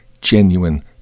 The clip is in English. genuine